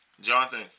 Jonathan